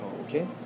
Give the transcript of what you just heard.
Okay